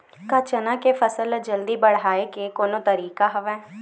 का चना के फसल ल जल्दी बढ़ाये के कोनो तरीका हवय?